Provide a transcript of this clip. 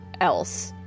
else